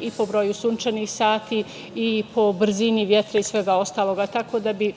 i po broju sunčanih sati i po brzini vetra i svega ostalog. Tako da bi